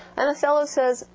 and othello says,